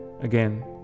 again